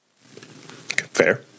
Fair